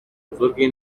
بزرگی